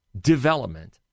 development